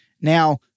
Now